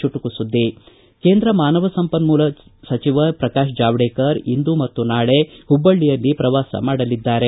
ಚುಟುಕು ಸುದ್ದಿ ಕೇಂದ್ರ ಮಾನವ ಸಂಪನ್ಮೂಲ ಸಚಿವ ಪ್ರಕಾಶ್ ಜಾವಡೇಕರ್ ಇಂದು ಮತ್ತು ನಾಳೆ ಹುಬ್ಬಳ್ಳಿಯಲ್ಲಿ ಪ್ರವಾಸ ಮಾಡಲಿದ್ದಾರೆ